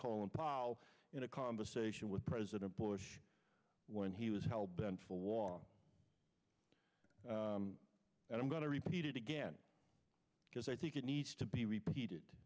colin powell in a conversation with president bush when he was hell bent for long and i'm going to repeat it again because i think it needs to be repeated